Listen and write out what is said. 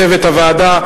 וצוות הוועדה,